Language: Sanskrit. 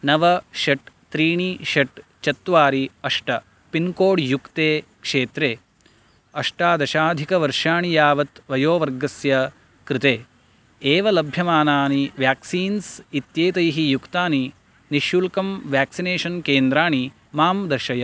नव षट् त्रीणि षट् चत्वारि अष्ट पिन्कोड् युक्ते क्षेत्रे अष्टादशाधिकवर्षाणि यावत् वयोवर्गस्य कृते एव लभ्यमानानि व्याक्सीन्स् इत्येतैः युक्तानि निःशुल्कं व्याक्सिनेषन् केन्द्राणि मां दर्शय